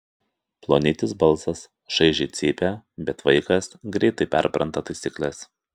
plonytis balsas šaižiai cypia bet vaikas greitai perpranta taisykles